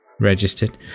registered